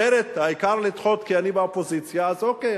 אחרת, העיקר לדחות, כי אני באופוזיציה, אז אוקיי.